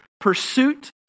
pursuit